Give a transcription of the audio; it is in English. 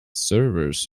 servers